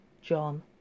John